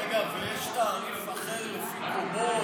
רגע, ויש תעריף אחר, לפי קומות?